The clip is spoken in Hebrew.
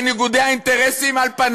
למה גלנט?